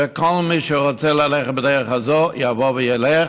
וכל מי שרוצה ללכת בדרך הזאת יבוא וילך